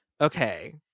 okay